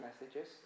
messages